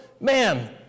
man